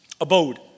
Abode